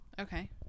okay